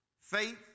faith